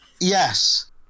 yes